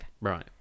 Right